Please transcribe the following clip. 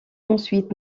ensuite